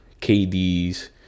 KD's